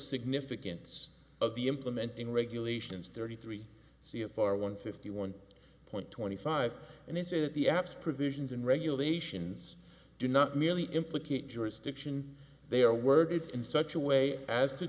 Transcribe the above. significance of the implementing regulations thirty three c f r one fifty one point twenty five and they say that the app's provisions and regulations do not merely implicate jurisdiction they are worded in such a way as to